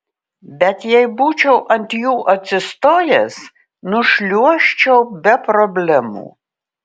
bet jei būčiau ant jų atsistojęs nušliuožčiau be problemų